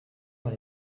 dans